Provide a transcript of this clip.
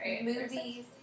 Movies